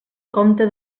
compte